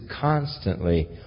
constantly